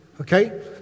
Okay